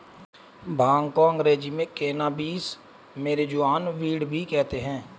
भांग को अंग्रेज़ी में कैनाबीस, मैरिजुआना, वीड भी कहते हैं